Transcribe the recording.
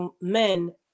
men